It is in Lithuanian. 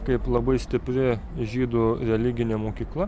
kaip labai stipri žydų religinė mokykla